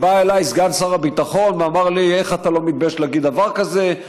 ובא אליי סגן שר הביטחון ואמר לי: איך אתה לא מתבייש להגיד דבר כזה?